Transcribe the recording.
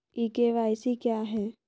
ई KYC क्या है?